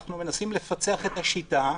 כשאנחנו מנסים לפצח את השיטה,